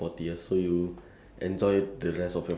like just let's say like forty more years to live